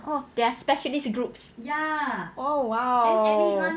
oh they are specialist groups oh !wow!